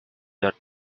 that